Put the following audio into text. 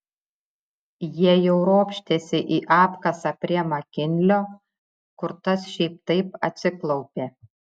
jie jau ropštėsi į apkasą prie makinlio kur tas šiaip taip atsiklaupė